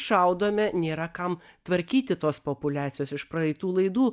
šaudome nėra kam tvarkyti tos populiacijos iš praeitų laidų